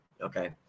Okay